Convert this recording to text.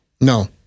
No